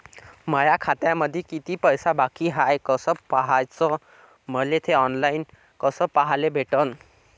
माया खात्यामंधी किती पैसा बाकी हाय कस पाह्याच, मले थे ऑनलाईन कस पाह्याले भेटन?